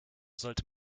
sollte